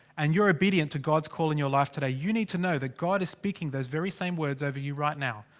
and you're obedient to god's call in your life today. you need to know that god is speaking those very same words over you right now.